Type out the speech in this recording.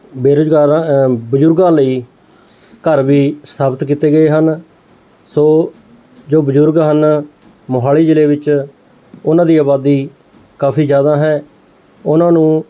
ਬੇਰੁਜ਼ਗਾਰਾਂ ਬਜ਼ੁਰਗਾਂ ਲਈ ਘਰ ਵੀ ਸਥਾਪਿਤ ਕੀਤੇ ਗਏ ਹਨ ਸੋ ਜੋ ਬਜ਼ੁਰਗ ਹਨ ਮੋਹਾਲੀ ਜ਼ਿਲ੍ਹੇ ਵਿੱਚ ਉਹਨਾਂ ਦੀ ਆਬਾਦੀ ਕਾਫ਼ੀ ਜ਼ਿਆਦਾ ਹੈ ਉਹਨਾਂ ਨੂੰ